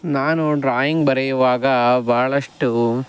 ನಾನು ಡ್ರಾಯಿಂಗ್ ಬರೆಯುವಾಗ ಭಾಳಷ್ಟು